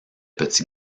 petit